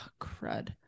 crud